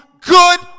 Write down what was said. good